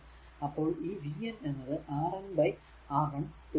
അപ്പോൾ ഈ vn എന്നത് Rn R1 R2